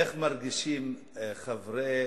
איך מרגישים חברי